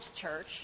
Church